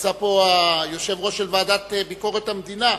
נמצא כאן היושב-ראש של הוועדה לביקורת המדינה,